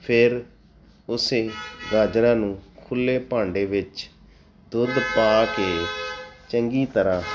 ਫਿਰ ਉਸੇ ਗਾਜਰਾਂ ਨੂੰ ਖੁੱਲ੍ਹੇ ਭਾਂਡੇ ਵਿੱਚ ਦੁੱਧ ਪਾ ਕੇ ਚੰਗੀ ਤਰ੍ਹਾਂ